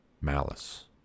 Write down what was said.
malice